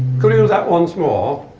could you use that once more?